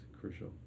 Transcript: crucial